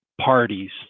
parties